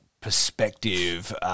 perspective